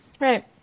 Right